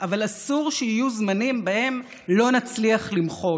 אבל אסור שיהיו זמנים שבהם לא נצליח למחות".